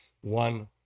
one